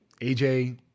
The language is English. AJ